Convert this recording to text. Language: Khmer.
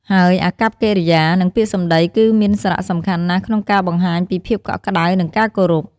ហើយអាកប្បកិរិយា និងពាក្យសម្ដី គឺមានសារៈសំខាន់ណាស់ក្នុងការបង្ហាញពីភាពកក់ក្ដៅ និងការគោរព។